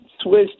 Swiss